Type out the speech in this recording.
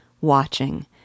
watching